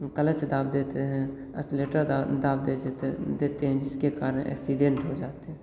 clutch दाब देते हैं असलेटर दा दाब दे जेते देते हैं जिसके कारण एक्सीडेंट हो जाते हैं